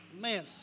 Man